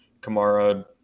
Kamara –